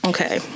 Okay